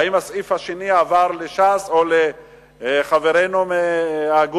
האם הסעיף השני עבר לש"ס או לחברינו מאגודה,